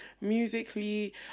musically